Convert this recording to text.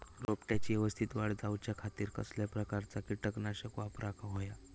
रोपट्याची यवस्तित वाढ जाऊच्या खातीर कसल्या प्रकारचा किटकनाशक वापराक होया?